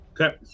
Okay